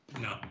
No